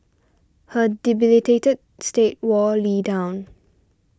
her debilitated state wore Lee down